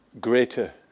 greater